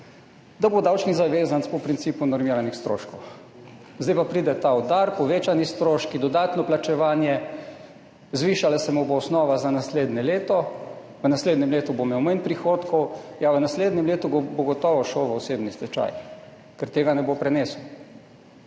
da bo davčni zavezanec po principu normiranih stroškov, zdaj pa pride ta udar, povečani stroški, dodatno plačevanje, zvišala se mu bo osnova za naslednje leto, v naslednjem letu bo imel manj prihodkov? Ja, v naslednjem letu bo gotovo šel v osebni stečaj, ker tega ne bo prenesel.